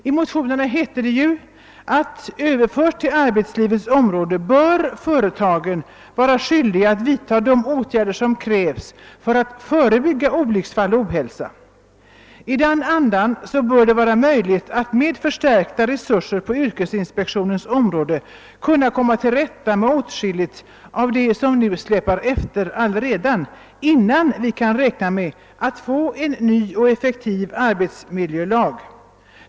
I motionerna heter det att överfört till arbetslivets område bör företagen vara skyldiga att vidta de åtgärder som krävs för att förebygga olycksfall och ohälsa. I den andan bör det vara möjligt att med förstärkta resurser på yrkesinspektionens område komma till rätta med åtskilligt av det som nu släpar efter innan vi kan räkna med att få en ny och effektivare arbetsmiljölag.